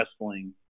wrestling